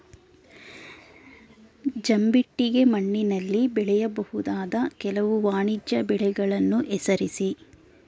ಜಂಬಿಟ್ಟಿಗೆ ಮಣ್ಣಿನಲ್ಲಿ ಬೆಳೆಯಬಹುದಾದ ಕೆಲವು ವಾಣಿಜ್ಯ ಬೆಳೆಗಳನ್ನು ಹೆಸರಿಸಿ?